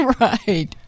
Right